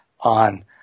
on